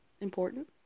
important